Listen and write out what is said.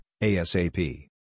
ASAP